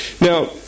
Now